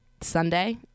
Sunday